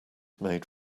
made